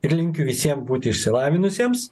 ir linkiu visiem būti išsilavinusiems